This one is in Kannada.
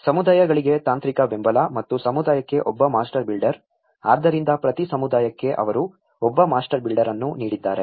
ಸಮುದಾಯಗಳಿಗೆ ತಾಂತ್ರಿಕ ಬೆಂಬಲ ಮತ್ತು ಸಮುದಾಯಕ್ಕೆ ಒಬ್ಬ ಮಾಸ್ಟರ್ ಬಿಲ್ಡರ್ ಆದ್ದರಿಂದ ಪ್ರತಿ ಸಮುದಾಯಕ್ಕೆ ಅವರು ಒಬ್ಬ ಮಾಸ್ಟರ್ ಬಿಲ್ಡರ್ ಅನ್ನು ನೀಡಿದ್ದಾರೆ